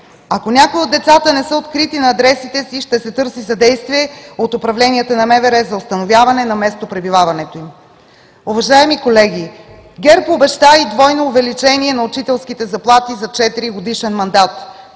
Ако някои от децата не са открити на адресите си, ще се търси съдействие от управленията на МВР за установяване на местопребиваването им. Уважаеми колеги, ГЕРБ обеща и двойно увеличение на учителските заплати за четиригодишен мандат.